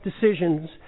decisions